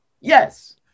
yes